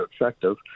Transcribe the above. effective